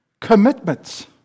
commitments